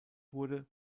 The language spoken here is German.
wurde